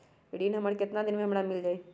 ऋण हमर केतना दिन मे हमरा मील जाई?